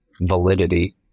validity